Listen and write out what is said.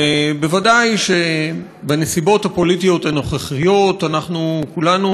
ודאי שבנסיבות הפוליטיות הנוכחיות אנחנו כולנו,